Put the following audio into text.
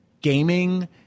gaming